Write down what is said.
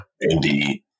indeed